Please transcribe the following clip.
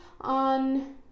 on